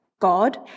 God